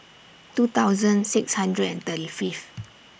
two thousand six hundred and thirty Fifth